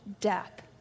death